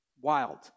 wild